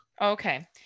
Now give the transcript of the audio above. Okay